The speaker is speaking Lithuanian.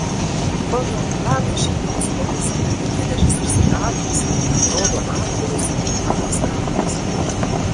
pagal vlado šimkaus poeziją geležis ir sidabras rodo aktorius rolandas kazlas